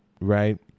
right